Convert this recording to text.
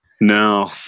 no